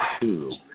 two